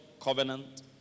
Covenant